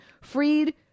Freed